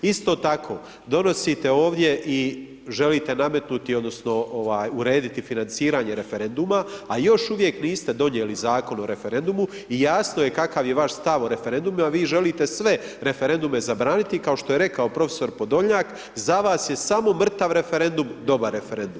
Isto tako, donosite ovdje i želite nametnuti, odnosno, urediti financiranje referenduma, a još uvijek niste donijeli Zakon o referendumu i jasno je kakav je vaš stav o referendumu, a vi želite sve referendume zabranite, kao što je rekao profesor Podolnjak, za vas je samo mrtav referendum dobar referendum.